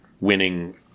winning